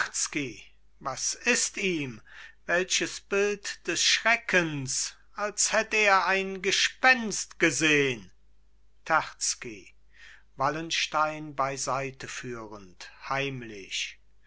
was ist ihm welches bild des schreckens als hätt er ein gespenst gesehn terzky wallenstein beiseiteführend heimlich